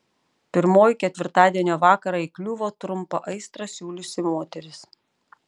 pirmoji ketvirtadienio vakarą įkliuvo trumpą aistrą siūliusi moteris